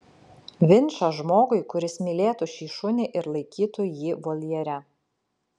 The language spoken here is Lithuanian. vinčą žmogui kuris mylėtų šį šunį ir laikytų jį voljere